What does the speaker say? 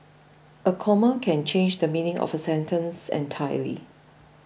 a comma can change the meaning of a sentence entirely